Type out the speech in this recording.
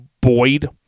Boyd